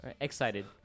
excited